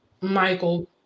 Michael